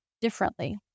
differently